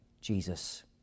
Jesus